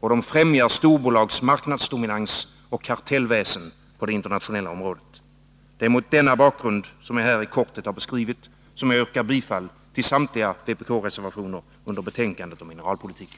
och de främjar storbolags marknadsdominans och kartellväsen på det internationella området. Det är mot den bakgrund som jag här i korthet har beskrivit jag yrkar bifall till samtliga vpk-reservationer i betänkandet om mineralpolitiken.